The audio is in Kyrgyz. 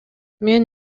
мен